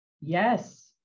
Yes